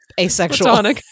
asexual